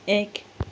एक